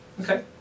Okay